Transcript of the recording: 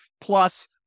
Plus